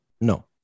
No